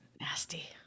nasty